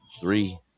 Three